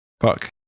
fuck